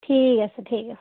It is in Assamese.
ঠিক আছে ঠিক আছে